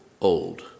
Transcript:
Old